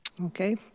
okay